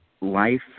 life